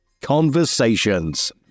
conversations